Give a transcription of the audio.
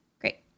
Great